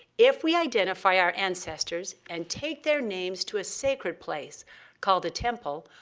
if we identify our ancestors and take their names to a sacred place called a temple,